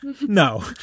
no